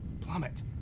plummet